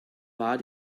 war